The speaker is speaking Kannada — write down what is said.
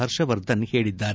ಹರ್ಷವರ್ಧನ್ ಹೇಳಿದ್ದಾರೆ